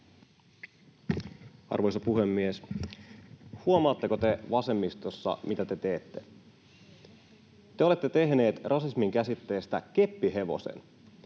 Arvoisa puhemies! Huomaatteko te vasemmistossa, mitä te teette? Te olette tehneet rasismin käsitteestä keppihevosen.